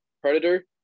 predator